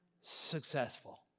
successful